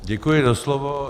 Děkuji za slovo.